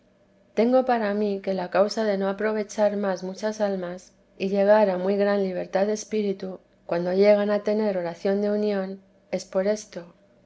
tengo para mí que la causa de no aprovechar más muchas almas y llegar a muy gran libertad de espíritu cuando llegan a tener oración de unión es por esto